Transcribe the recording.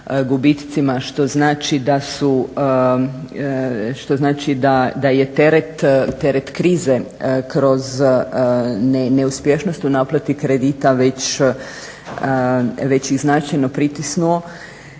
što znači da je teret krize kroz neuspješnost u naplati kredita već i značajno pritisnuo